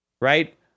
right